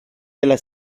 della